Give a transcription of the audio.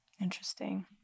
Interesting